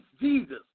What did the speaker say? Jesus